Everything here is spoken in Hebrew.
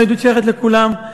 היהדות שייכת לכולם.